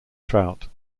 trout